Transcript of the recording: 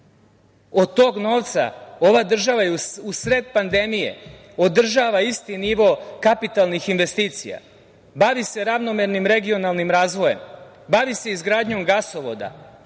od tog novca ova država u sred pandemije održava isti nivo kapitalnih investicija, bavi se ravnomernim regionalnim razvojem, bavi se izgradnjom gasovoda,